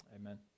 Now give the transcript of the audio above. amen